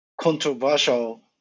controversial